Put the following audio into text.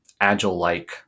agile-like